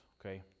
Okay